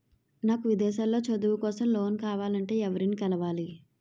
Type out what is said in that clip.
నాకు విదేశాలలో చదువు కోసం లోన్ కావాలంటే ఎవరిని కలవాలి?